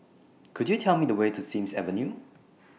Could YOU Tell Me The Way to Sims Avenue